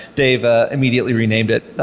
dave ah immediately renamed it,